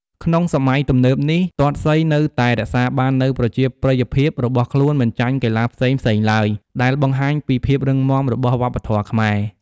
ក្នុងសម័យទំនើបនេះ ទាត់សីនៅតែរក្សាបាននូវប្រជាប្រិយភាពរបស់ខ្លួនមិនចាញ់កីឡាផ្សេងៗឡើយ ដែលបង្ហាញពីភាពរឹងមាំរបស់វប្បធម៌ខ្មែរ។